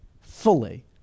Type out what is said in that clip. fully